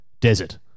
desert